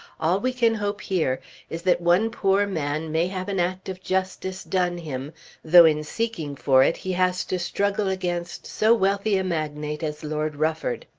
all we can hope here is that one poor man may have an act of justice done him though in seeking for it he has to struggle against so wealthy a magnate as lord rufford.